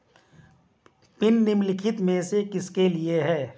Pin निम्नलिखित में से किसके लिए है?